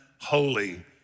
holy